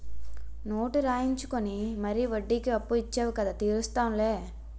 note రాయించుకుని మరీ వడ్డీకి అప్పు ఇచ్చేవు కదా తీరుస్తాం లే